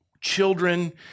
children